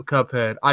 Cuphead